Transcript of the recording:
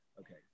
Okay